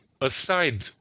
aside